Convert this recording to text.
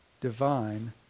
divine